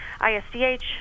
ISDH